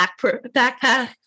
backpack